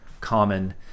common –